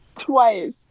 twice